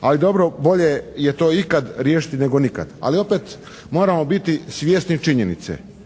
Ali dobro, bolje je to ikad riješiti nego nikad, ali opet moramo biti svjesni činjenice